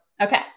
Okay